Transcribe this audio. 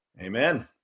Amen